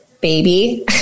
baby